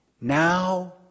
Now